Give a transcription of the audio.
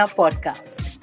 podcast